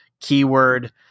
keyword